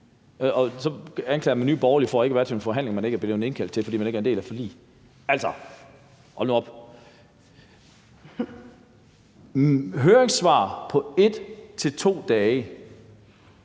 så anklager man Nye Borgerlige for ikke at være med til en forhandling, som vi ikke er blevet indkaldt til, fordi vi ikke er en del af et forlig. Altså, hold nu op! Høringssvar på 1-2 dage